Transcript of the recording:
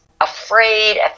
afraid